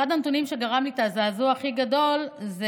אחד הנתונים שגרמו לי את הזעזוע הכי גדול זה